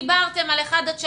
דיברתם על 1 עד 3,